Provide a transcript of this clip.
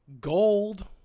gold